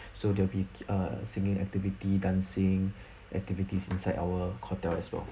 so there will be uh singing activity dancing activities inside our hotel as well